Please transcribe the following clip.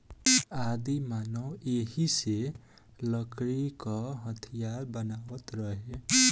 आदिमानव एही से लकड़ी क हथीयार बनावत रहे